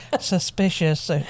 suspicious